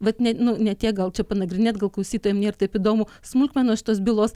vat nu ne tiek gal čia panagrinėt gal klausytojam nėr taip įdomu smulkmenos tos bylos